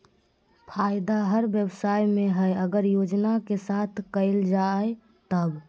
फायदा हर व्यवसाय में हइ अगर योजना के साथ कइल जाय तब